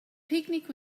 picnic